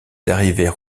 arrivèrent